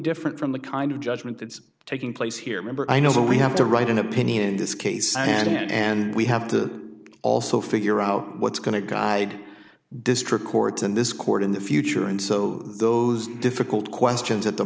different from the kind of judgment that's taking place here member i know we have to write an opinion in this case and we have to also figure out what's going to guide district courts in this court in the future and so those difficult questions at the